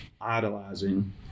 idolizing